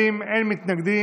מי נגד?